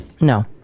No